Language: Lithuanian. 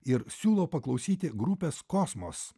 ir siūlau paklausyti grupės kosmos